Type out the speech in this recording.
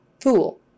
Fool